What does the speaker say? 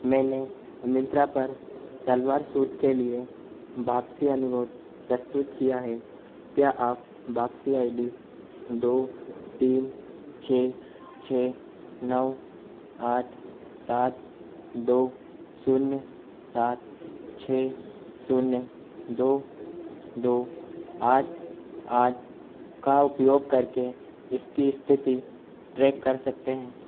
मैंने मिंत्रा पर सलवार सूट के लिए वापसी अनुरोध प्रस्तुत किया हैं क्या आप वापसी आई डी दो तीन छः छः नौ आठ सात दो सून्य सात छः शून्य दो दो आठ आठ का उपयोग करके इसकी स्थिति ट्रैक कर सकते हैं